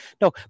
No